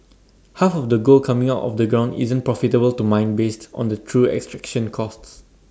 half of the gold coming out of the ground isn't profitable to mine based on the true extraction costs